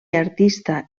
artista